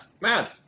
Mad